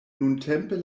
nuntempe